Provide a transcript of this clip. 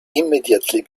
immediately